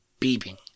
beeping